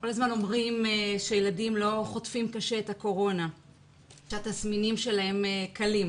כל הזמן אומרים שילדים לא חוטפים קשה את הקורונה וכי התסמינים קלים,